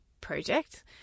project